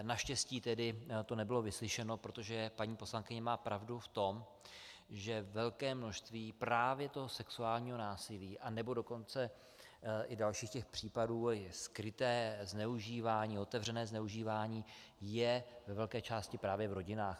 Naštěstí to nebylo vyslyšeno, protože paní poslankyně má pravdu v tom, že velké množství právě toho sexuálního násilí, anebo dokonce i dalších těch případů, je skryté zneužívání a otevřené zneužívání, je ve velké části právě v rodinách.